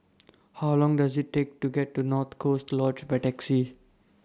How Long Does IT Take to get to North Coast Lodge By Taxi